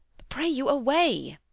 pray you, away!